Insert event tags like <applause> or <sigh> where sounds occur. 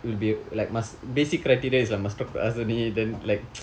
will be like must basic criteria is a must talk to us only then like <noise>